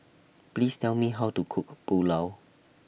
Please Tell Me How to Cook Pulao